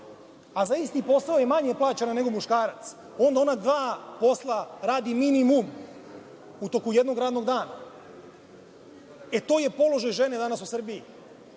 a za isti posao je manje plaćena nego muškarac, onda ona dva posla radi minimum u toku jednog radnog dana. E, to je položaj žene danas u Srbiji